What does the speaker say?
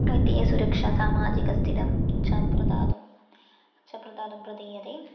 वित्तीयसुरक्षा सामाजिकस्थितिं च प्रदातुम् च प्रदातुं प्रदीयते